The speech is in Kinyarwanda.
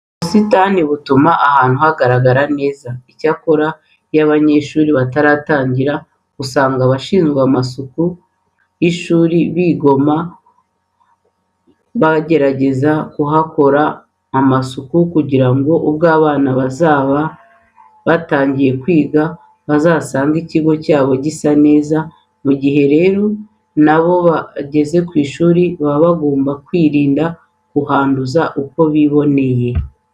Ubusitani butuma ahantu hagaragara neza. Icyakora iyo abanyeshuri bataratangira usanga abashinzwe amasuku y'ishuri bigamo bagerageza kuhakora amasuku kugira ngo ubwo abo bana bazaba batangiye kwiga, bazasange ikigo cyabo gisa neza. Mu gihe rero na bo bageze ku ishuri baba bagomba kwirinda kuhanduza uko biboneye.